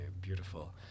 beautiful